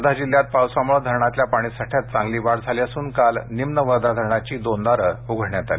वर्धा जिल्ह्यात पावसामुळे धरणांतल्या पाणी साठ्यात चांगली वाढ झाली असून काल निम्न वर्धा धरणाची दोन दारं उघडण्यात आली